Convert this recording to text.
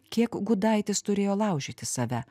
kiek gudaitis turėjo laužyti save